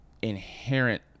inherent